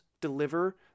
deliver